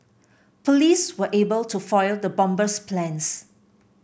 police were able to foil the bomber's plans